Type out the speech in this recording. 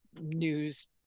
news